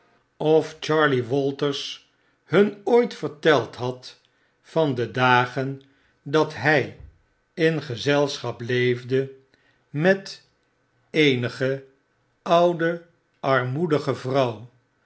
of charley walters hun ooit verteld had van de dagen dat hy in gezelschap leefde met i prins bull eenige oude armoedige vrouw